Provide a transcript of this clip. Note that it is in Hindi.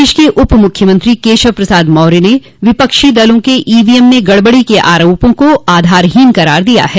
प्रदेश के उप मुख्यमंत्री केशव प्रसाद मौर्य ने विपक्षी दलों के ईवीएम में गड़बड़ी के आरोपों को आधारहीन करार दिया है